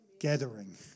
gathering